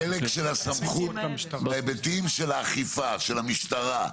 בחלק של הסמכות, בהיבטים של האכיפה, של המשטרה.